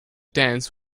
dance